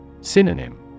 Synonym